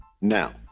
Now